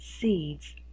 seeds